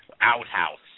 Outhouse